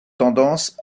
tendance